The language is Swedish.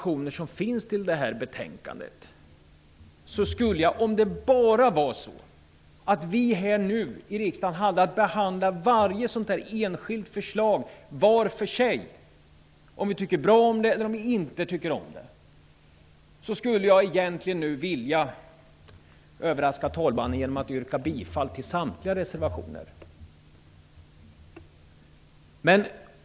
Om det bara var så att vi här och nu hade att behandla varje enskilt förslag var för sig - om vi tycker bra om det eller om vi inte tycker om det - skulle jag egentligen vilja överraska talmannen genom att yrka bifall till samtliga reservationer som finns till betänkandet.